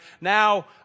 now